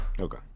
Okay